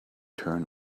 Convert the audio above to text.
turn